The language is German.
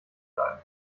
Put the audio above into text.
bleiben